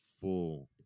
full